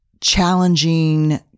challenging